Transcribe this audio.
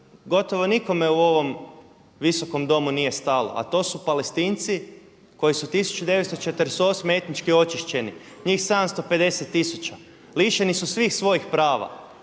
gotovo nikome u ovom Visokom domu nije stalo, a to su Palestinci koji su 1948. etnički očišćeni njih 750000. Lišeni su svih svojih prava.